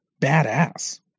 badass